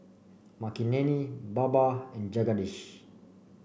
Makineni Baba and Jagadish